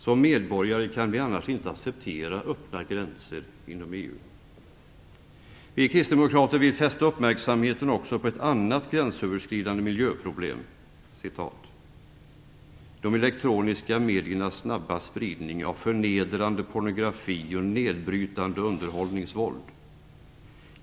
Som medborgare kan vi annars inte acceptera öppna gränser inom EU. Vi kristdemokrater vill fästa uppmärksamheten också på ett annat gränsöverskridande "miljöproblem", nämligen de elektroniska mediernas snabba spridning av förnedrande pornografi och nedbrytande underhållningsvåld.